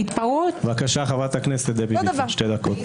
בבקשה חברת הכנסת ביטון, שתי דקות.